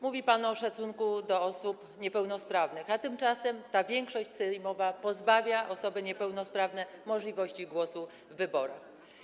Mówi pan o szacunku do osób niepełnosprawnych, a tymczasem większość sejmowa pozbawia osoby niepełnosprawne możliwości głosowania w wyborach.